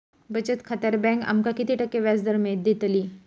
बचत खात्यार बँक आमका किती टक्के व्याजदर देतली?